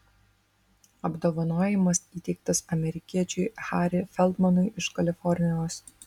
apdovanojimas įteiktas amerikiečiui harry feldmanui iš kalifornijos